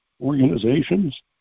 organizations